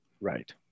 Right